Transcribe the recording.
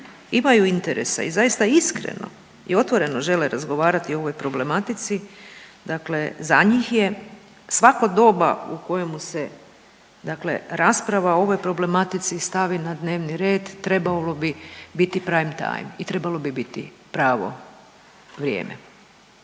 imaju interesa i zaista iskreno i otvoreno žele razgovarati o ovoj problematici dakle za njih je svako doba u kojemu se dakle rasprava o ovoj problematici stavi na dnevni red trebalo bi biti prime time i trebalo bi biti pravo vrijeme.